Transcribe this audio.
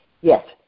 Yes